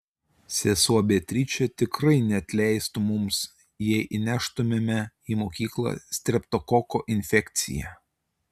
sesuo beatričė tikrai neatleistų mums jei įneštumėme į mokyklą streptokoko infekciją